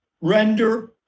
render